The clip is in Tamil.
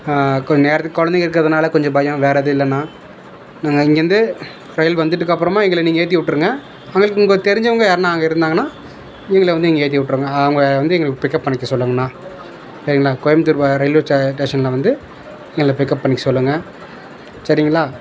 கொஞ்ச நேரத்துக்கு குழந்தைங்க இருக்கிறதுனால கொஞ்சம் பயம் வேறு எதுவும் இல்லைணா நாங்கள் இங்கிருந்து ரயில் வந்ததுக்கு அப்புறமா எங்களை நீங்கள் ஏற்றி விட்ருங்க அங்கிட்டு உங்களுக்கு தெரிஞ்சவங்க யார்னால் அங்கே இருந்தாங்கனால் நீங்களே வந்து இங்கே ஏற்றி விட்ருங்க அவங்க வந்து எங்களை பிக்கப் பண்ணிக்க சொல்லுங்கண்ணா சரிங்ளா கோயம்புத்தூர் ரயில்வே ஸ்டேஷனில் வந்து எங்களை பிக்கப் பண்ணிக்க சொல்லுங்கள் சரிங்களா